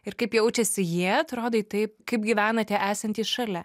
ir kaip jaučiasi jie atrodai taip kaip gyvenate esantys šalia